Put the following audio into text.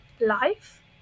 life